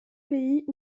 pays